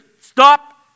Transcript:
stop